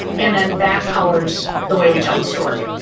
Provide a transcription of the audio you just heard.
and then that colors, the way we tell the story,